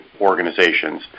organizations